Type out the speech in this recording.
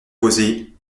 posé